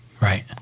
Right